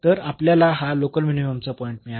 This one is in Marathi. तर आपल्याला हा लोकल मिनिममचा पॉईंट मिळाला आहे